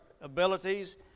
abilities